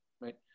right